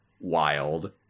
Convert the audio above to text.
wild